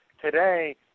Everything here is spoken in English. Today